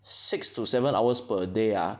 six to seven hours per day ah